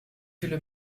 viele